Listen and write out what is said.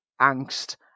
angst